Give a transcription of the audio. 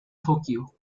tokio